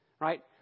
Right